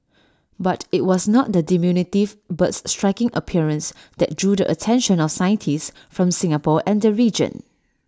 but IT was not the diminutive bird's striking appearance that drew the attention of scientists from Singapore and the region